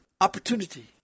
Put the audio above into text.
opportunity